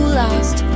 lost